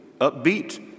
upbeat